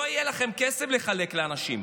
לא יהיה לכם כסף לחלק לאנשים,